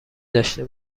داشته